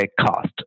cost